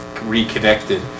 reconnected